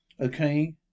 Okay